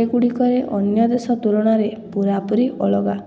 ଏଗୁଡ଼ିକରେ ଅନ୍ୟ ଦେଶ ତୁଳନାରେ ପୂରାପୂରି ଅଲଗା